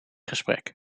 gesprek